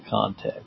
context